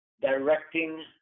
directing